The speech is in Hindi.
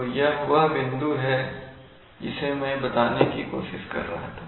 तो यह वह बिंदु है जिसे मैं बताने की कोशिश कर रहा था